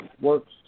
works